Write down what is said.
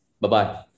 bye-bye